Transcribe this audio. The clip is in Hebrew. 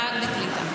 אני לא אפריע יותר.